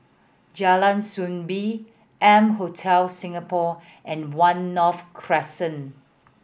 Jalan Soo Bee M Hotel Singapore and One North Crescent